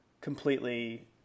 completely